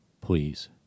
Please